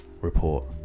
report